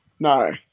No